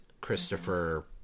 Christopher